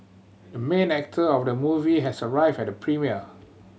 the main actor of the movie has arrived at the premiere